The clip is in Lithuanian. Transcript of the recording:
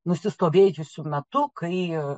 nusistovėjusiu metu kai